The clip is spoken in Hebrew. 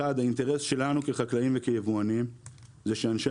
אחד האינטרס שלנו כחקלאים וכיבואנים זה שאנשי